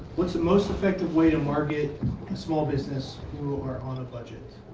what's the most effective way to market small business who are on a budget?